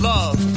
Love